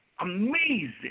amazing